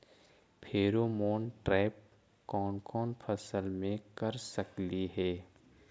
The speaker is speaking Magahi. फेरोमोन ट्रैप कोन कोन फसल मे कर सकली हे?